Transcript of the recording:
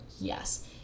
yes